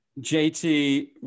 JT